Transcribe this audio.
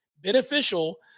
beneficial